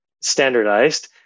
standardized